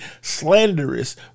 slanderous